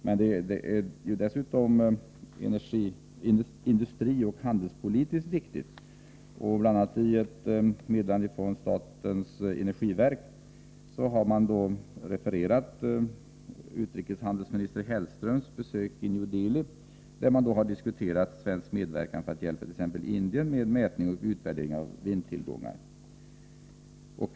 Det är dessutom industrioch handelspolitiskt viktigt. I ett meddelande från statens energiverk har exempelvis refererats utrikeshandelsminister Hellströms besök i New Delhi, där man har diskuterat svensk medverkan för att hjälpa t.ex. Indien med mätningar och utvärderingar av vindtillgångar.